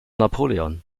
napoleon